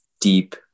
deep